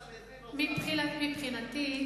מבחינתי,